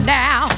now